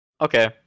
Okay